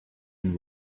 and